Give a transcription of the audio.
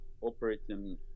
operating